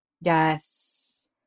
Yes